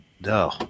no